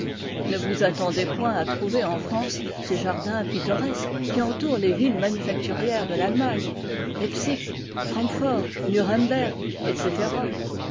ne vous attendez point à trouver en france ces jardins pittoresques qui entourent les villes manufacturières de l'allemagne leipzig francfort nuremberg etc